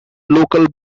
local